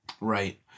Right